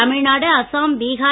Tamil Nadu Assam Bihar